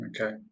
Okay